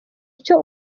icyo